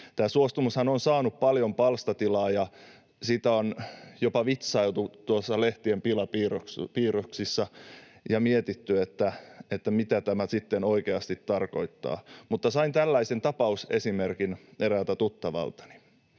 suostumushan on saanut paljon palstatilaa, ja siitä on jopa vitsailtu lehtien pilapiirroksissa ja mietitty, että mitä tämä sitten oikeasti tarkoittaa. Mutta sain tällaisen tapausesimerkin eräältä tuttavaltani: